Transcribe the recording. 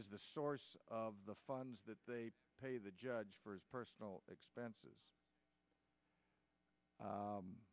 is the source of the funds that pay the judge for his personal expenses